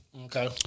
Okay